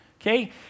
Okay